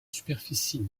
superficie